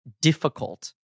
difficult